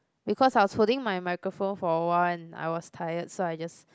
because I was holding my microphone for a while and I I was tired so I just